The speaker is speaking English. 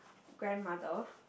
grandmother